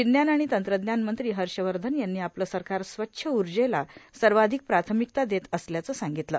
विज्ञान आणि तंत्रज्ञान मंत्री हर्षवर्धन यांनी आपलं सरकार स्वच्छ उर्जेला सर्वाधिक प्राथमिकता देत असल्याचं सांगितलं